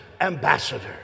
ambassador